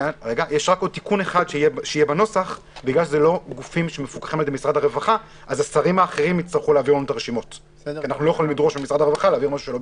חייב להיות תיקון בחוק על מנת שהם יוכלו להקדים ביום.